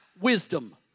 wisdom